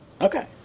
Okay